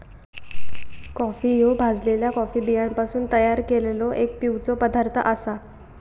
coffee ह्यो भाजलल्या coffee बियांपासून तयार केललो एक पिवचो पदार्थ आसा